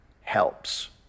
helps